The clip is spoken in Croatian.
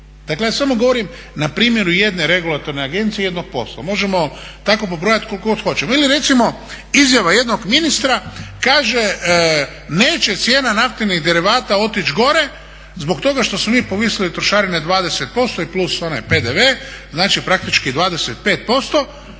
Dakle ja samo govorim na primjeru jedne regulatorne agencije, jednog posla. Možemo tako pobrojat koliko god hoćemo. Ili recimo izjava jednog ministra kaže neće cijena naftnih derivata otići gore zbog toga što smo mi povisili trošarine 20% i plus onaj PDV, znači praktički 25%.